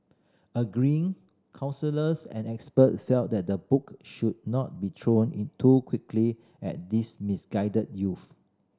agreeing counsellors and expert felt that the book should not be thrown in too quickly at these misguided youth